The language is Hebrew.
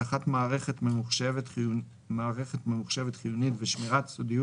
אבטחת מערכת ממוחשבת חיונית ושמירת סודיות